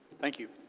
thank you.